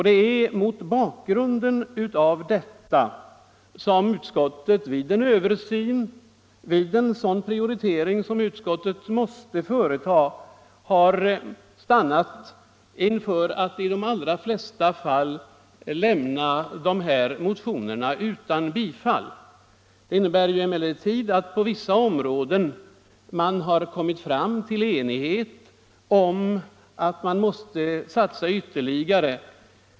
Det är mot bakgrund härav som utskottet vid en översyn — vid en sådan prioritering som utskottet måste företa — har måst stanna inför att i de allra flesta fall föreslå att motionerna lämnas utan bifall. På vissa områden har emellertid enighet uppnåtts om att ytterligare satsningar måste göras.